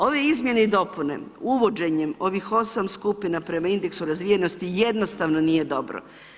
Ove izmjene i dopune uvođenjem ovih 8 skupina prema indeksu razvijenosti jednostavno nije dobro.